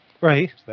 Right